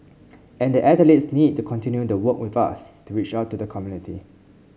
and the athletes need to continue to work with us to reach out to the community